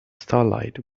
starlight